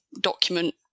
document